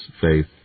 faith